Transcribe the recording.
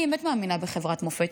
אני באמת מאמינה בחברת מופת.